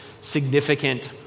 significant